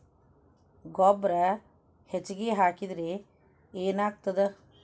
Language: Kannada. ಗೊಬ್ಬರ ಹೆಚ್ಚಿಗೆ ಹಾಕಿದರೆ ಏನಾಗ್ತದ?